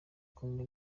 kumwe